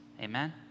amen